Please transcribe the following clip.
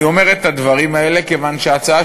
אני אומר את הדברים האלה כיוון שההצעה